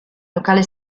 locale